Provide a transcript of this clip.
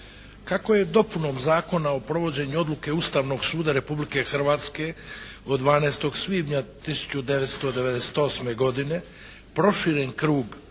Kako je dopuna Zakona o provođenju Odluke Ustavnog suda Republike Hrvatske od 12. svibnja 1998. godine proširen krug